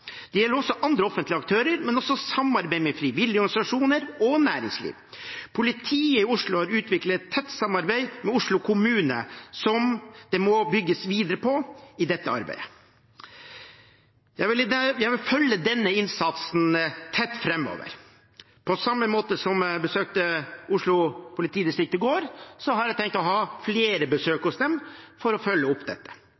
Det gjelder også andre offentlige aktører, men også samarbeid med frivillige organisasjoner og næringsliv. Politiet i Oslo har utviklet et tett samarbeid med Oslo kommune, som det må bygges videre på i dette arbeidet. Jeg vil følge denne innsatsen tett framover. På samme måte som jeg besøkte Oslo politidistrikt i går, har jeg tenkt å ha flere besøk